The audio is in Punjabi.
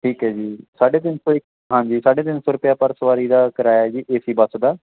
ਠੀਕ ਹੈ ਜੀ ਸਾਢੇ ਤਿੰਨ ਸੌ ਇੱਕ ਹਾਂਜੀ ਸਾਢੇ ਤਿੰਨ ਸੌ ਰੁਪਇਆ ਪਰ ਸਵਾਰੀ ਦਾ ਕਿਰਾਇਆ ਜੀ ਏ ਸੀ ਬੱਸ ਦਾ